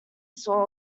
saw